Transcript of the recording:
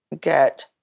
get